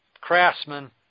craftsmen